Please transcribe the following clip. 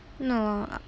no